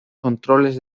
controles